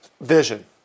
Vision